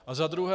A za druhé.